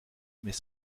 mais